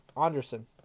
Anderson